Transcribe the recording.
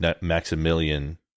Maximilian